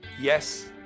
yes